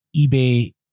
eBay